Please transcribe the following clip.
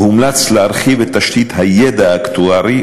הומלץ להרחיב את תשתית הידע האקטוארי,